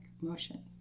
motion